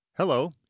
Hello